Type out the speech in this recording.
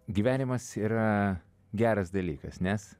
gyvenimas yra geras dalykas nes